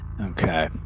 Okay